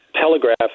telegraph